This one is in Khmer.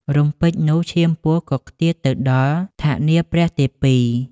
រំពេចនោះ ឈាមពស់ក៏ខ្ទាតទៅដល់ថនាព្រះទេពី។